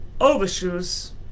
overshoes